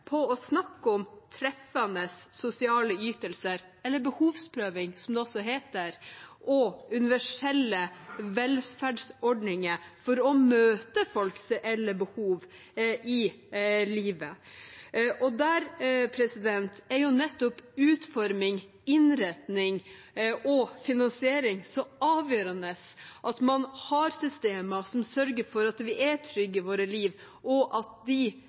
på å snakke om treffende sosiale ytelser – eller behovsprøving, som det også heter – og universelle velferdsordninger for å møte folks reelle behov i livet. Der er nettopp utforming, innretning og finansiering så avgjørende – at man har systemer som sørger for at vi er trygge i vårt liv, og at de